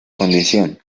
condición